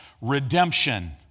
redemption